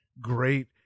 great